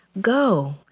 Go